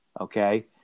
okay